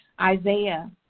Isaiah